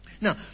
Now